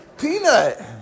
Peanut